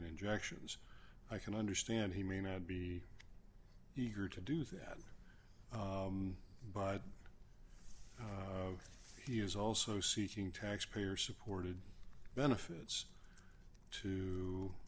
and injections i can understand he may not be eager to do that but he is also seeking taxpayer supported benefits to